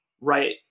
Right